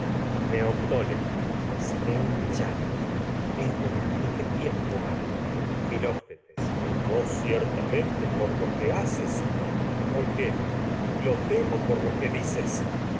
bien neoptólemo seré un villano esto me aflige tiem po ha ciertamente por lo que haces aun filoctetes no que lo temo por lo que dices